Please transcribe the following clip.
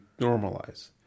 normalize